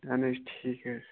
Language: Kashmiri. اَہَن حظ ٹھیٖک حظ